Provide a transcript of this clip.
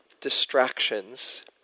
distractions